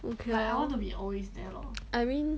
okay loh I mean